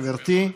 גברתי,